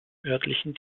örtlichen